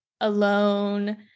alone